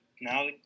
now